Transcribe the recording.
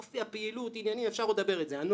לגבי אופי הפעילות אפשר עוד להידיין.